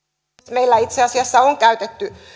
meillä itse asiassa on käytetty